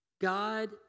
God